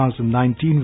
2019